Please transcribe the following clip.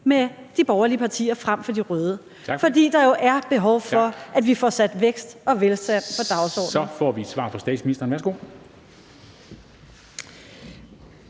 med de borgerlige partier frem for de røde, fordi der jo er behov for, at vi får sat vækst og velstand på dagsordenen. Kl. 23:21 Formanden (Henrik